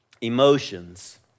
emotions